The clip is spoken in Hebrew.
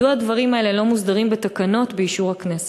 מדוע הדברים האלה לא מוסדרים בתקנות באישור הכנסת?